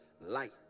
light